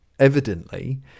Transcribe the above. Evidently